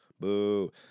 boo